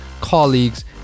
colleagues